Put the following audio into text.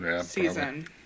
season